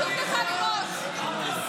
עלק תדאגו לנו.